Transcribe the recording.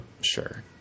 Sure